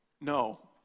No